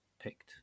picked